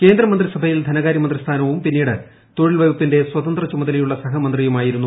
കേന്ദ്രമന്ത്രിസഭയിൽ ധനകാര്യമന്ത്രിസ്ഥാനവും പിന്നീട് തൊഴിൽവകുപ്പിന്റെ സ്വതന്ത്രചുമതലയുള്ള സഹമന്ത്രിയുമായിരുന്നു